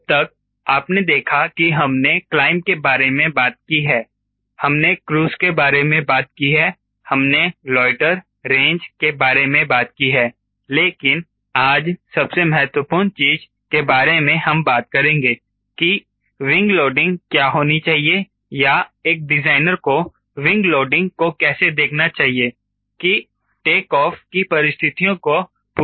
अब तक आपने देखा कि हमने क्लाइंब के बारे में बात की है हमने क्रूज़ के बारे में बात की है हमने लोएटर रेंज के बारे में बात की है लेकिन आज सबसे महत्वपूर्ण चीज के बारे में हम बात करेंगे कि विंग लोडिंग क्या होनी चाहिए या एक डिजाइनर को विंग लोडिंग को कैसे देखना चाहिए कि टेक ऑफ की परिस्थितियों को पूरा कर सकें